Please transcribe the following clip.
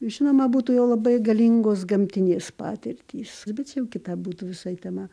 žinoma būtų jau labai galingos gamtinės patirtys bet čia jau kita būtų visai tema